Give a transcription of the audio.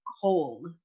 cold